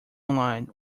online